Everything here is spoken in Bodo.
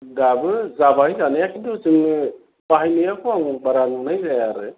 दाबो जाबाय जानाया किन्थु जोंङो बाहायनायखौ आङो बारा नुनाय जाया आरो